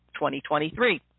2023